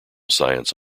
science